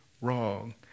wrong